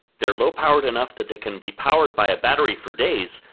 they are low powered enough that they can be powered by a battery for days,